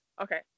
Okay